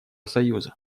союза